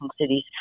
cities